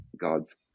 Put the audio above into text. God's